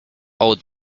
old